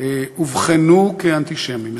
אובחנו כאנטישמים.